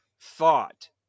Thought